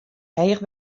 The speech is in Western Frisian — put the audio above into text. heech